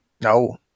No